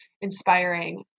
inspiring